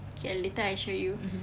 okay ah later I show you